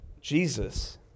Jesus